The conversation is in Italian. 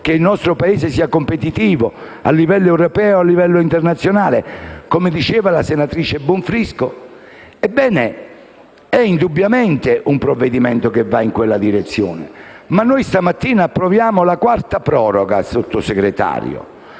che il nostro Paese sia competitivo a livello europeo e internazionale, come diceva la senatrice Bonfrisco. Ebbene, questo è indubbiamente un provvedimento che va in quella direzione. Ma noi stamattina approviamo la quarta proroga, signor Sottosegretario,